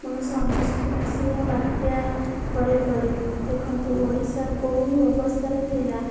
ଉଣେଇଶହ ଅନେଶ୍ୱତ ମସିହା ବାତ୍ୟା ପରେ ପରେ ଦେଖନ୍ତୁ ଓଡ଼ିଶା କେଉଁ ଅବସ୍ଥାରେ ଥିଲା